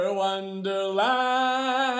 wonderland